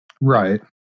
Right